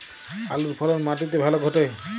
আলুর ফলন মাটি তে ভালো ঘটে?